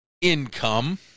Income